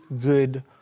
good